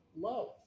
love